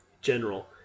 General